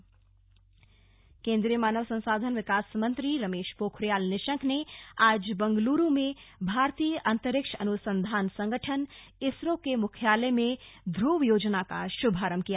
ध्रुव योजना केन्द्रीय मानव संसाधन विकास मंत्री रमेश पोखरियाल निशंक ने आज बंगलुरू में भारतीय अंतरिक्ष अनुसंधान संगठन इसरो के मुख्यालय में ध्रुव योजना का शुभारंभ किया